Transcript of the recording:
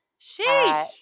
Sheesh